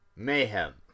Mayhem